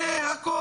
זה הכל.